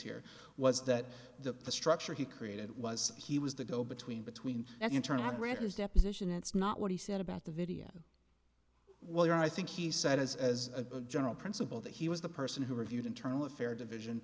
here was that the structure he created was he was the go between between the internet read his deposition it's not what he said about the video well there are i think he said as as a general principle that he was the person who reviewed internal affairs division